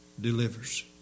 delivers